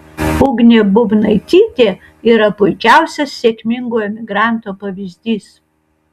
ugnė bubnaitytė yra puikiausias sėkmingo emigranto pavyzdys